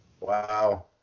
Wow